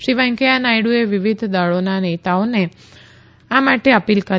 શ્રી વેકૈયા નાયડુએ વિવિધ દળોના નેતાઓને આ માટે અપીલ કરી